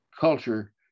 culture